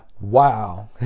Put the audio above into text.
Wow